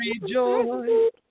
rejoice